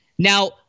Now